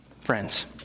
friends